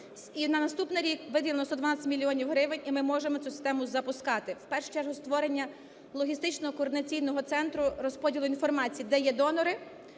на наступний рік виділено 120 мільйонів гривень, і ми можемо цю систему запускати, в першу чергу створення логістично-координаційного центру розподілу інформації, це є донори,